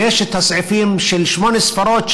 ויש את הסעיפים של שמונה ספרות,